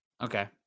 Okay